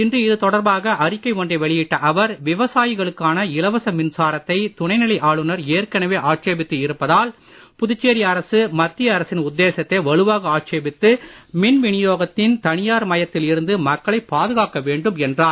இன்று இது தொடர்பாக அறிக்கை ஒன்றை வெளியிட்ட அவர் விவசாயிகளுக்கான இலவச மின்சாரத்தை துணைநிலை ஆளுநர் ஏற்கனவே ஆட்சேபித்து இருப்பதால் புதுச்சேரி அரசு மத்திய அரசின் உத்தேசத்தை வலுவாக ஆட்சேபித்து மின் வினியோகத்தின் தனியார் மயத்தில் இருந்து மக்களை பாதுகாக்க வேண்டும் என்றார்